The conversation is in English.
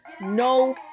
no